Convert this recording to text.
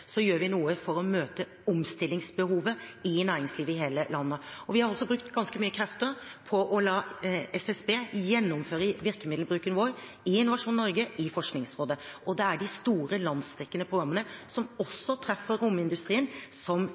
så gjør vi noe for å møte omstillingsbehovet i næringslivet i hele landet. Vi har også brukt ganske mye krefter på å la SSB gjennomgå virkemiddelbruken vår i Innovasjon Norge og i Forskningsrådet. Det er de store, landsdekkende programmene, som også treffer romindustrien, som